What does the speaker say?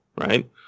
right